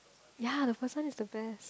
ya the first one is the best